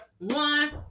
one